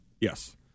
Yes